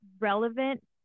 relevant